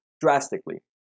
drastically